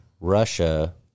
Russia